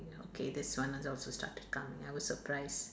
okay this one also start to come I was surprised